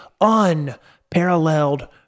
unparalleled